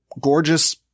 gorgeous